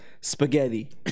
Spaghetti